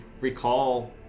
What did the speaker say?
recall